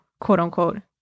quote-unquote